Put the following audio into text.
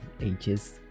ages